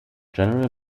general